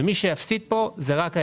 ומי שיפסידו פה הם רק הילדים.